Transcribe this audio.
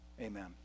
Amen